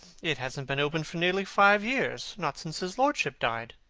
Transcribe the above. it hasn't been opened for nearly five years not since his lordship died.